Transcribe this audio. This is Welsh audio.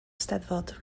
eisteddfod